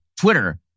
Twitter